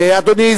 אדוני,